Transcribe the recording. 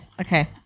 okay